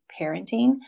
parenting